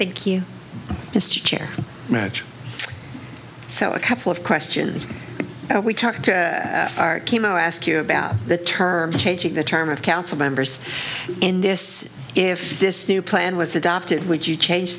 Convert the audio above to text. thank you mr chair match so a couple of questions that we talked to our chemo ask you about the term changing the term of council members in this if this new plan was adopted would you change